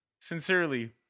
Sincerely